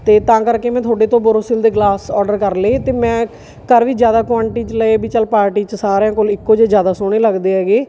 ਅਤੇ ਤਾਂ ਕਰਕੇ ਮੈਂ ਤੁਹਾਡੇ ਤੋਂ ਬੋਰੋਸਿਲ ਦੇ ਗਲਾਸ ਔਡਰ ਕਰ ਲਏ ਅਤੇ ਮੈਂ ਕਰ ਵੀ ਜ਼ਿਆਦਾ ਕੁਆਂਟੀਟੀ 'ਚ ਲਏ ਵੀ ਚਲ ਪਾਰਟੀ 'ਚ ਸਾਰਿਆਂ ਕੋਲ ਇੱਕੋ ਜਿਹੇ ਜ਼ਿਆਦਾ ਸੋਹਣੇ ਲੱਗਦੇ ਹੈਗੇ